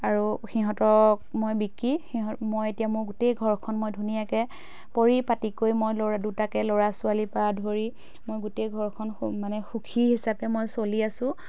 আৰু সিহঁতক মই বিক্ৰী সিহঁত মই এতিয়া মোৰ গোটেই ঘৰখন মই ধুনীয়াকৈ পৰিপাতিকৈ মই ল'ৰা দুটাকৈ ল'ৰা ছোৱালী পৰা ধৰি মই গোটেই ঘৰখন মানে সুখী হিচাপে মই চলি আছোঁ